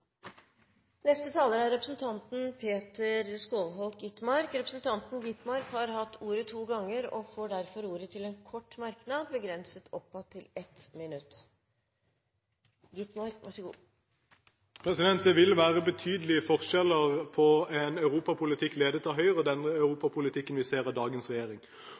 Representanten Peter Skovholt Gitmark har hatt ordet to ganger og får derfor ordet til en kort merknad, begrenset til 1 minutt. Det vil være betydelige forskjeller på en europapolitikk ledet av Høyre og den europapolitikken vi ser med dagens regjering.